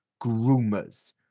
groomers